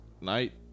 night